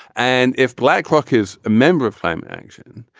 and if blackrock is a member of climate action,